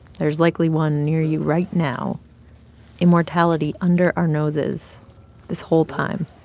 there's likely one near you right now immortality under our noses this whole time